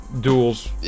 duels